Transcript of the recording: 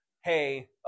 hey